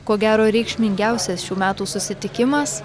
ko gero reikšmingiausias šių metų susitikimas